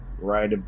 right